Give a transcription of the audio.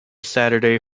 saturday